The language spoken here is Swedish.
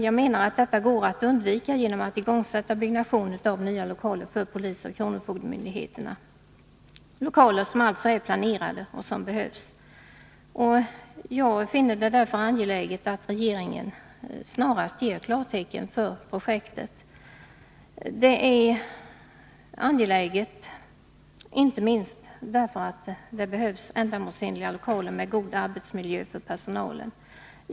Jag menar att det går att undvika genom att sätta i gång byggnationen av nya lokaler för polisoch kronofogdemyndigheterna, lokaler som alltså är planerade och som behövs. Jag finner det därför angeläget att regeringen snarast ger klartecken för projektet. Det är angeläget inte minst därför att det behövs ändamålsenliga lokaler med god arbetsmiljö för personalen.